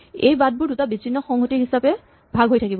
এই বাটবোৰ দুটা বিছিন্ন সংহতি হিচাপে ভাগ হৈ থাকিব